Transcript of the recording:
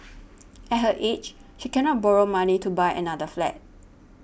at her age she cannot borrow money to buy another flat